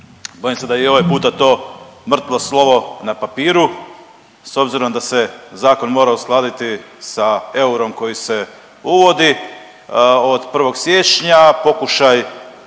bojim se da je i ovaj puta to mrtvo slovo na papiru s obzirom da se zakon mora uskladiti sa eurom koji se uvodi od 1. siječnja, pokušaj